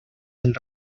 del